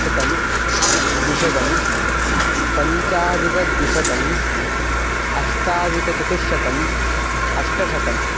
शतं द्विशतं पञ्चाधिकद्विशतम् अष्टाधिकचतुश्शतम् अष्टशतम्